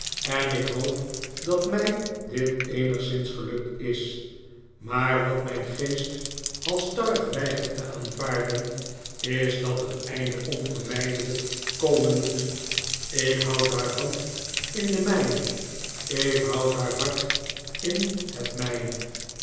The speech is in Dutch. en ik hoop dat mij dit eenigszins gelukt is maar wat mijn geest halsstarrig weigert te aanvaarden is dat het einde onvermijdelijk komen moet ik houd haar hand in de mijne ik houd haar hart in het mijne